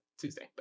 tuesday